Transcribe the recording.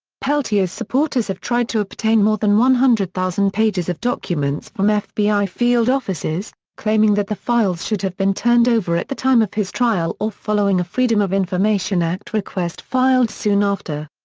peltier's supporters have tried to obtain more than one hundred thousand pages of documents from fbi field offices, claiming that the files should have been turned over at the time of his trial or following a freedom of information act request filed soon after.